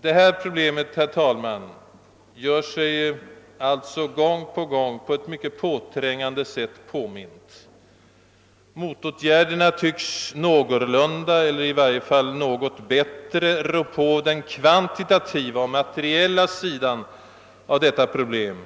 Detta problem, herr talman, gör sig gång på gång påmint på ett ganska påträngande sätt. Motåtgärderna tycks någorlunda, eller i varje fall något bättre, rå på den kvantitativa och materiella sidan av detta problem.